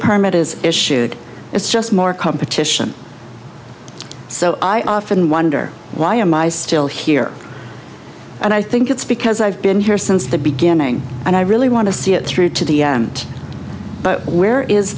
permit is issued it's just more competition so i often wonder why am i still here and i think it's because i've been here since the beginning and i really want to see it through to the end but where is